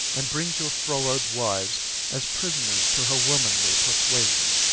and brings your froward wives as prisoners to her womanly persuasion.